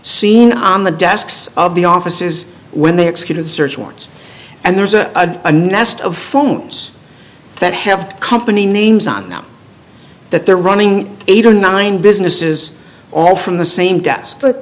seen on the desks of the offices when they executed search warrants and there's a nest of phones that have company names on them that they're running eight or nine businesses all from the same desk but